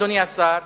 אדוני השר,